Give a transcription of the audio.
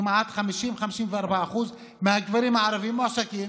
כמעט 50%-54% מהגברים הערבים מועסקים